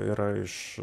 yra iš